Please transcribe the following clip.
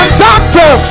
doctor